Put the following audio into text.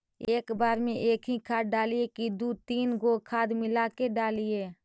एक बार मे एकही खाद डालबय की दू तीन गो खाद मिला के डालीय?